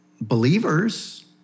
believers